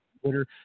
Twitter